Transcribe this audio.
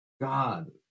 god